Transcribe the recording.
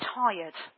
tired